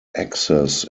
access